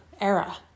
era